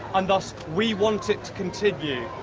and thus we want it to continue.